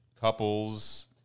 couples